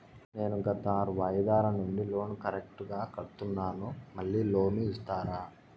నేను గత ఆరు వాయిదాల నుండి లోను కరెక్టుగా కడ్తున్నాను, మళ్ళీ లోను ఇస్తారా?